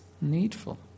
needful